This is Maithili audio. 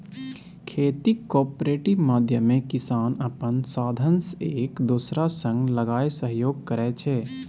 खेतीक कॉपरेटिव माध्यमे किसान अपन साधंश एक दोसरा संग लगाए सहयोग करै छै